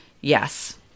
yes